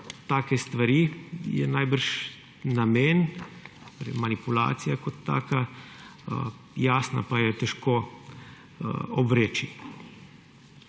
take stvari, je najbrž namen, torej manipulacija kot taka jasna, pa težko ovreči.